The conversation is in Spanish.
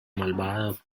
malvada